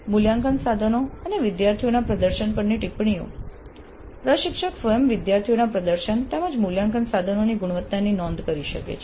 મૂલ્યાંકન સાધનો અને વિદ્યાર્થીઓના પ્રદર્શન પરની ટિપ્પણીઓ પ્રશિક્ષક સ્વયં વિદ્યાર્થીઓના પ્રદર્શન તેમજ મૂલ્યાંકન સાધનોની ગુણવત્તાની નોંધ કરી શકે છે